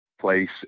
place